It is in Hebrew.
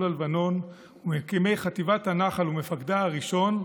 הלבנון וממקימי חטיבת הנח"ל ומפקדה הראשון,